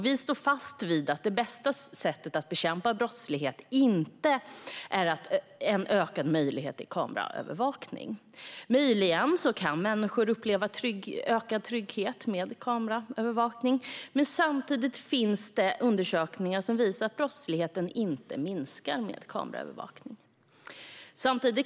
Vi står fast vid att det bästa sättet att bekämpa brottslighet inte är ökade möjligheter till kameraövervakning. Möjligen kan människor uppleva ökad trygghet med kameraövervakning, men samtidigt finns det undersökningar som visar att brottsligheten inte minskar med kameraövervakning.